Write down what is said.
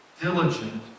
diligent